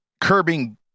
curbing